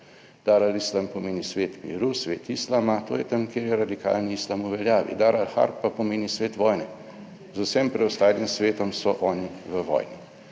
Dar Al islam pomeni svet miru, svet islama, to je tam, kjer je radikalni islam v veljavi, Dar Al-harb pa pomeni svet vojne. Z vsem preostalim svetom so oni v vojni.